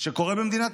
שקורה במדינת